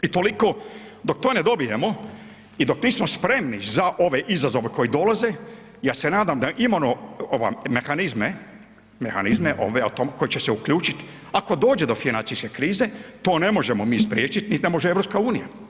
I toliko dok to ne dobijemo i dok nismo spremni za ove izazove koji dolaze, ja se nadam da imamo mehanizme, mehanizme koji će se uključiti ako dođe do financijske krize, to ne možemo mi spriječiti, nit ne može EU.